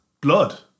blood